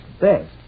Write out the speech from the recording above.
best